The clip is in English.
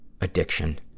addiction